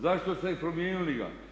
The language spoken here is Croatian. Zašto ste promijenili ga?